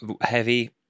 heavy